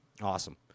awesome